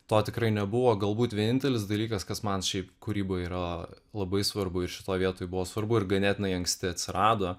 to tikrai nebuvo galbūt vienintelis dalykas kas man šiaip kūryboje yra labai svarbu ir šitoj vietoj buvo svarbu ir ganėtinai anksti atsirado